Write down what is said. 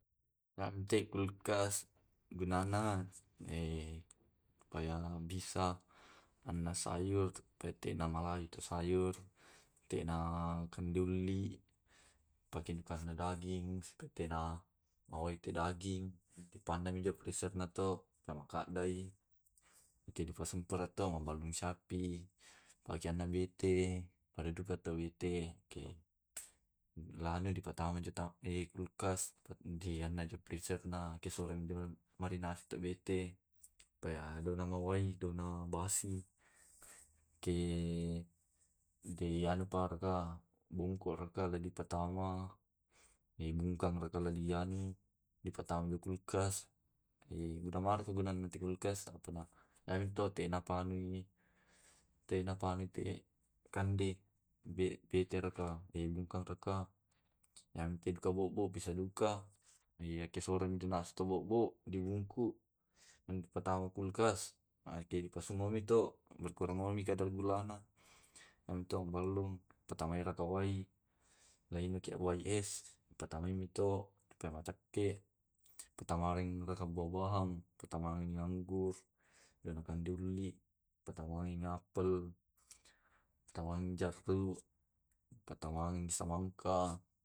Yamtek kulkas gunana eh supaya bisa anna sayur, pe te na malayu tu sayur supaya te na kandolli, dipake kanai daging sepetena mawa ite daging dipandangi isenna to, ka makaddai e ka dipasimpel to, mamalung sapi. Bagianna bete pare duka tu bete yake, Lana di patamai jo ta e kulkas di annajo freezerna ke sorong bong marinasi tu bete supaya dena namawai, dena na basi. Ke, dianu paraka bongko raka la di patama, e bungkang raka la dianu dipatambu kulkas. E hunamara mi kulkas tenapanu tenapanu tenapanue kande be bete raka, e bungkang raka, iyamti ka bobo bisa duka. Yaki sorong mi tu manasu yake bobo, di bungku na dipatama kulkas, nake di pasenuami to, berkurangmi kadar gulana. Anu to maballung, pattamai raka wai laina wai es, di patamaimi to supaya macakke. Patamaring raka buah buahan, patamaring anggur danakan diulli, patamaing apel, patamaring jaruk, patamaing samangka.